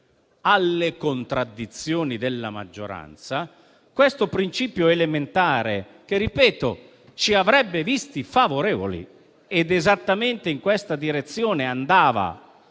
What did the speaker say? alle contraddizioni della maggioranza, non è presente questo principio elementare che - ripeto - ci avrebbe visti favorevoli. Ed è esattamente in questa direzione che andava